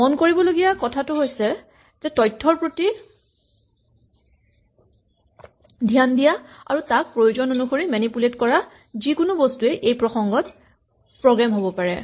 মন কৰিবলগা কথা হ'ল তথ্যৰ প্ৰতি ধ্যান দিয়া আৰু তাক প্ৰয়োজন অনুসৰি মেনিপুলেট কৰা যিকোনো বস্তুৱেই এই প্ৰসংগত প্ৰগ্ৰেম হ'ব পাৰে